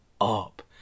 up